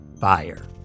fire